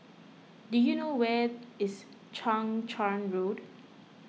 do you know where is Chang Charn Road